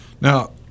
Now